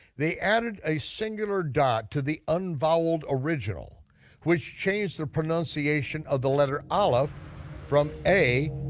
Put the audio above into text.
they added a singular dot to the un-voweled original which changed the pronunciation of the letter aleph from ay,